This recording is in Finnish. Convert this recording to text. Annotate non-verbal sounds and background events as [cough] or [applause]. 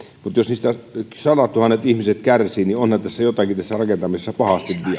mutta jos niistä sadattuhannet ihmiset kärsivät niin onhan tässä rakentamisessa jotakin pahasti [unintelligible]